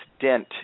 dent